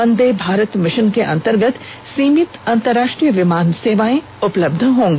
वंदे Bharat mission के अंतर्गत सीमित अंतरराष्ट्रीय विमान सेवा उपलब्ध होगी